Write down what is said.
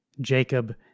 Jacob